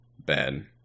Ben